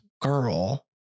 girl